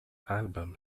album